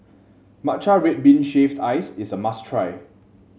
Matcha Red Bean Shaved Ice is a must try